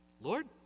Lord